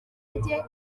indege